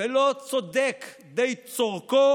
ולא צודק די צורכו,